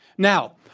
now,